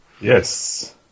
Yes